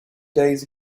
days